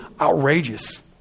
outrageous